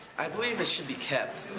i believe this should be kept.